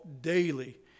daily